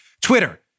Twitter